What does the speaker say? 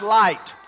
light